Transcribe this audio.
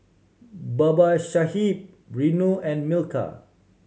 Babasaheb Renu and Milkha